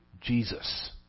Jesus